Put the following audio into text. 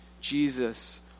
Jesus